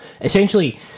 Essentially